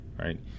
right